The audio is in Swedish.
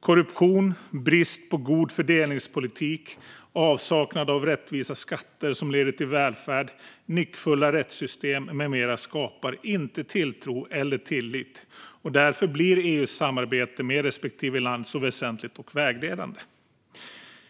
Korruption, brist på god fördelningspolitik, avsaknad av rättvisa skatter som leder till välfärd, nyckfulla rättssystem med mera skapar inte tilltro eller tillit. Därför blir EU:s samarbete med respektive land så väsentligt och vägledande.